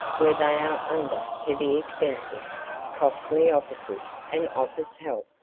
where they are under heavy expenses costly offices and office help.